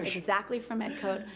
exactly from ed code,